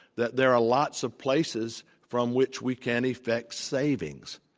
that there are lots of places from which we can effect savings.